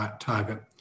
target